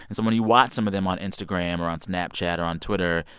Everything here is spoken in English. and so when you watch some of them on instagram or on snapchat or on twitter,